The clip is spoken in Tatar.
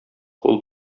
кул